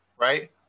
Right